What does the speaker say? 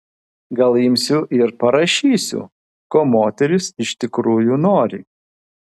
gal imsiu ir parašysiu ko moterys iš tikrųjų nori